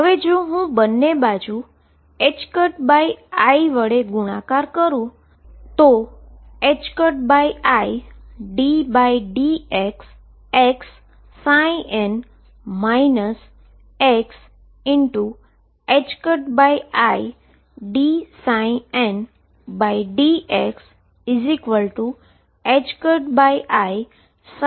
હવે હું બંને બાજુ i વડે ગુણાકાર કરું છું અને i ddxxn xi dndxi n લખી શકું છું